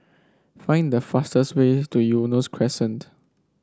find the fastest way to Eunos Crescent